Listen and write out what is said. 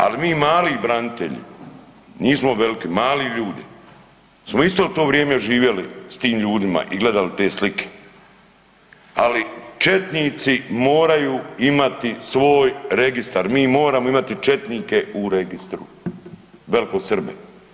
Ali mi mali branitelji, nismo veliki, mali ljudi smo isto u to vrijeme živjeli s tim ljudima i gledali te slike, ali četnici moraju imati svoj registar, mi moramo imati četnike u registru, velkosrbe.